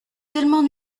tellement